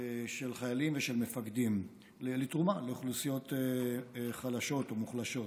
של חיילים ושל מפקדים לתרומה לאוכלוסיות חלשות ומוחלשות.